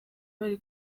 bari